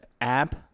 app